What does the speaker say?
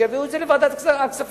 שיביאו את זה לוועדת הכספים.